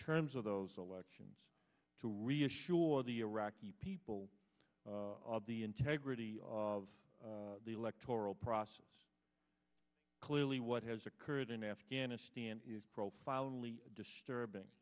terms of those elections to reassure the iraqi people of the integrity of the electoral process clearly what has occurred in afghanistan is profoundly disturbing